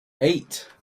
eight